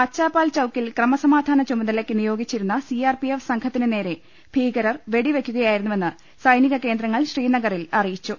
അച്ചാപാൽചൌക്കിൽ ക്രമസമാധാന ചുമ തലക്ക് നിയോഗീച്ചിരുന്ന സിആർപിഎഫ് സംഘത്തിന് നേരെ ഭീക രർ വെടിവ്ക്കുകയായിരുന്നുവെന്ന് സൈനിക കേന്ദ്രങ്ങൾ ശ്രീന ഗറിൽ അറിയിച്ചു